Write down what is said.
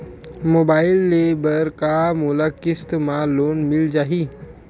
Mobile ले बर का मोला किस्त मा लोन मिल जाही?